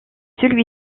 celui